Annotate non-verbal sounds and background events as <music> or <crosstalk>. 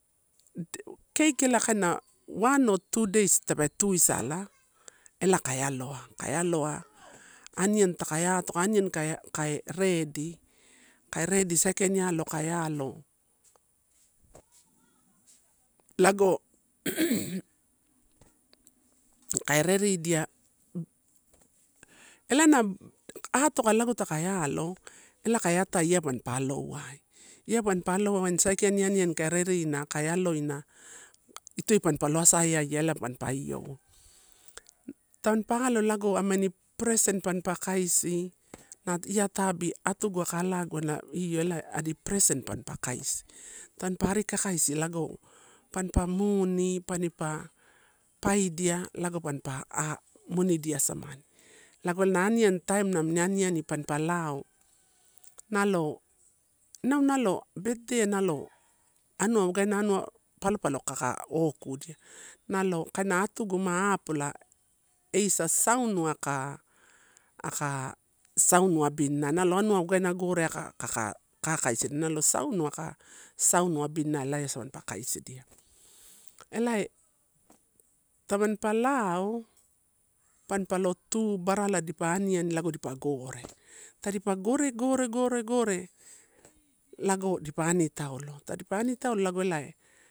Cake ela kaina one or two days tape tuisala, elae kai aloa kai aloa aniani takae atoka, aniani kai redi, kai redi saikaini alo kai alo, lago <noise> kai redidia, ela na atoka lago taka alo, ela kai atae iai pampa alouai, iai mampa alouai waini saikaini aniani kai rerina, kai aloina, itoi panpa lo asaeai ela pampa ioua. Tampa aloa lago amani present panpa kaisi. Na tabi atugu wakala gona iola di present panpa kaisi. Tan pa ari kakaisi lago panpa muni panipa, paidia panpa a muni iasaman. lago aniani ana taim aniani panpa lao, nalo, inau nalo birthday nalo anua wagana anua palopalo kaka okudiama nalo kaina atugu mapola eisa saunua aka, aka saunu abininai nalo anua wagaina anua goreakala kaka kakaisidia nalo sunu aka saunua abininai pa kaisidia. Elae tamanipa lao panpa lo tu barala dipa awani lago elipa gore tadipa gore, gore, gore, gore lago dipa ani taulo, tadipa ani taulo lago elae